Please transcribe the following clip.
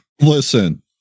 listen